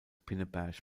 pinneberg